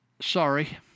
sorry